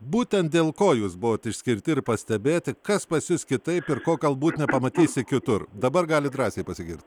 būtent dėl ko jūs buvot išskirti ir pastebėti kas pas jus kitaip ir ko galbūt nepamatysi kitur dabar galit drąsiai pasigirt